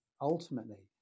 Ultimately